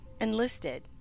Enlisted